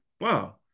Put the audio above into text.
wow